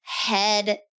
head